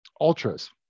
ultras